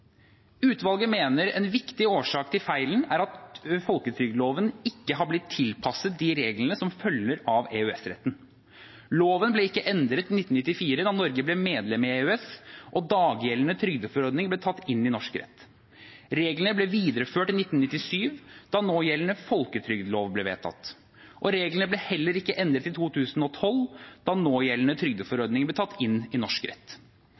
Utvalget mener en viktig årsak til feilen er at folketrygdloven ikke har blitt tilpasset de reglene som følger av EØS-retten. Loven ble ikke endret i 1994, da Norge ble medlem i EØS og dagjeldende trygdeforordning tatt inn i norsk rett. Reglene ble videreført i 1997, da någjeldende folketrygdlov ble vedtatt. Reglene ble heller ikke endret i 2012, da någjeldende trygdeforordning ble tatt inn i norsk rett.